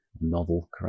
novel